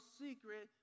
secret